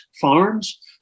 farms